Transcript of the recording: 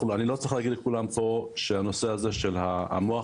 אני לא צריך להגיד לכולם פה שהנושא הזה של המוח